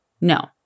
No